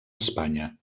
espanya